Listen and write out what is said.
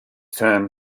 term